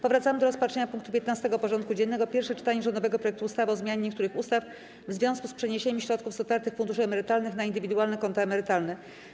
Powracamy do rozpatrzenia punktu 15. porządku dziennego: Pierwsze czytanie rządowego projektu ustawy o zmianie niektórych ustaw w związku z przeniesieniem środków z otwartych funduszy emerytalnych na indywidualne konta emerytalne.